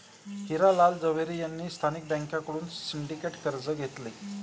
हिरा लाल झवेरी यांनी स्थानिक बँकांकडून सिंडिकेट कर्ज घेतले